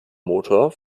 motor